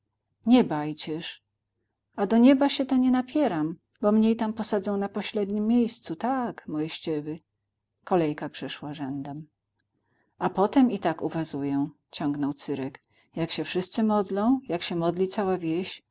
nie bajcież a do nieba sie ta nie napieram bo mnie i tam posadzą na pośledniem miejscu tak moiściewy kolejka przeszła rzędem a potem i tak uwazuję ciągnął cyrek jak sie wszyscy modlą jak sie modli cała wieś